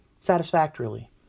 satisfactorily